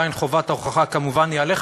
כי עדיין חובת ההוכחה כמובן היא עליך,